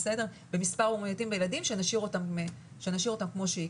במספר המאומתים בילדים שנשאיר אותה כמו שהיא.